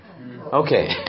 Okay